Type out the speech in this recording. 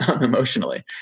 emotionally